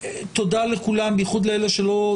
אני מסכם באופן הבא.